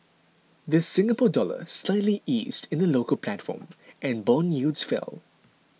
the Singapore Dollar slightly eased in the local platform and bond yields fell